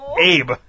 Abe